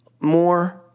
more